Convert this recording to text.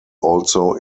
also